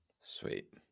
sweet